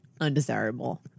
undesirable